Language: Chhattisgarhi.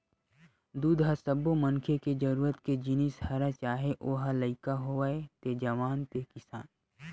दूद ह सब्बो मनखे के जरूरत के जिनिस हरय चाहे ओ ह लइका होवय ते जवान ते सियान